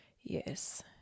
Yes